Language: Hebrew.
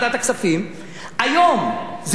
היום זה יובא למליאת הכנסת,